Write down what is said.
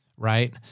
right